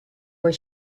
when